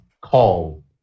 Call